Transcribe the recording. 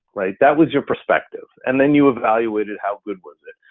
right, that was your perspective. and then you evaluated how good was it.